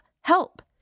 help